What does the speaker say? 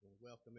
welcome